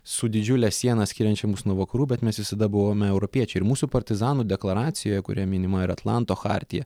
su didžiule siena skiriančia mus nuo vakarų bet mes visada buvome europiečiai ir mūsų partizanų deklaracijoj kurioj minima ir atlanto chartija